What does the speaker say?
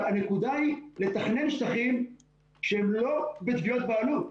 אבל הנקודה היא לתכנן שטחים שהם לא בתביעות בעלות.